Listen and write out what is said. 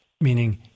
meaning